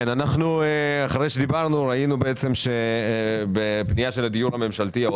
אחרי שדיברנו ראינו שבפנייה של הדיור הממשלתי באשר